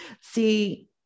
See